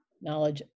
knowledge